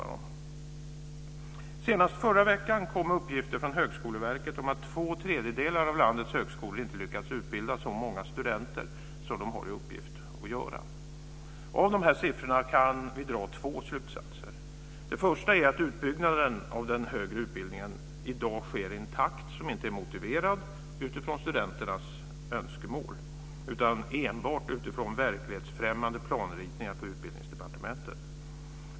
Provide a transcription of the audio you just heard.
Senast förra veckan kom uppgifter från Högskoleverket om att två tredjedelar av landets högskolor inte lyckats utbilda så många studenter som de har i uppgift att göra. Av de siffrorna kan vi dra två slutsatser. Den första slutsatsen är att utbyggnaden av den högre utbildningen i dag sker i en takt som inte är motiverad utifrån studenternas önskemål utan enbart utifrån verklighetsfrämmande planritningar på Utbildningsdepartementet.